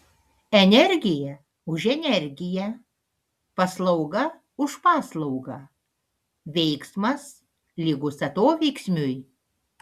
energija už energiją paslauga už paslaugą veiksmas lygus atoveiksmiui